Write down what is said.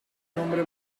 nombre